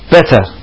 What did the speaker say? Better